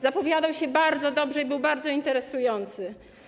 Zapowiadał się bardzo dobrze i był bardzo interesujący.